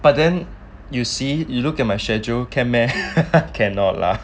but then you see you look at my schedule can meh cannot lah